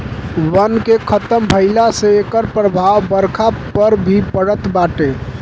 वन के खतम भइला से एकर प्रभाव बरखा पे भी पड़त बाटे